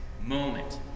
moment